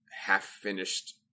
half-finished